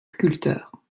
sculpteurs